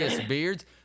beards